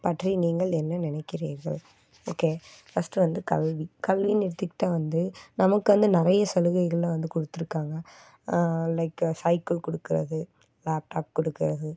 பற்றி நீங்கள் என்ன நினைக்கிறீர்கள் ஓகே ஃபஸ்ட்டு வந்து கல்வி கல்வின்னு எடுத்துக்கிட்டால் வந்து நமக்கு வந்து நிறைய சலுகைகளெலாம் வந்து கொடுத்துருக்காங்க லைக்கு சைக்கிள் கொடுக்கறது லேப்டாப் கொடுக்கறது